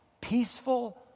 Peaceful